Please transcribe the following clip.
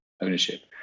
ownership